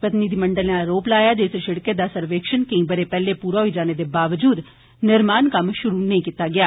प्रतिनिधिमंडल नै आरोप लाया जे इस शिड़कै दा सर्वेक्षण केंई ब'रे पैह्ले पूरा होई जाने दे बावजूद निर्माण कम्म शुरू नेई कीता गेआ